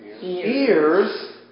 ears